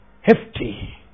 hefty